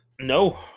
No